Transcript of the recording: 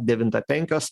devintą penkios